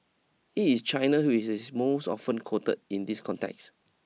it is China which most often quoted in this context